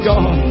God